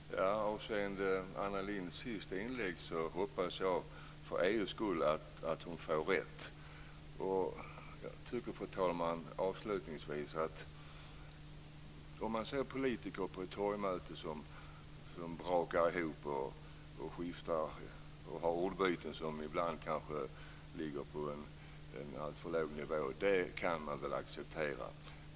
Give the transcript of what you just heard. Fru talman! Avseende Anna Lindhs sista inlägg vill jag säga att jag hoppas att hon, för EU:s skull, får rätt. Avslutningsvis: Om politiker på ett torgmöte brakar ihop och har ordbyten som ibland kanske ligger på en alltför låg nivå kan väl accepteras.